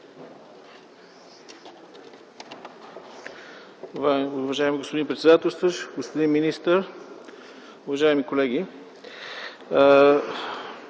Уважаеми господин председателстващ, господин министър, уважаеми колеги!